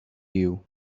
you